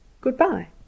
Good-bye